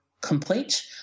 complete